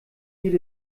geht